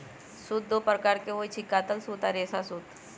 सूत दो प्रकार के होई छई, कातल सूत आ रेशा सूत